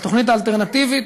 התוכנית האלטרנטיבית,